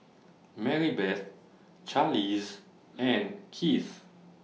Marybeth Charlize and Kieth